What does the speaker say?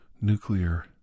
nuclear